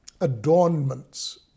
adornments